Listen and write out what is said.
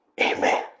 amen